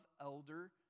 elder